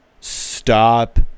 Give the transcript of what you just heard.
Stop